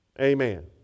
Amen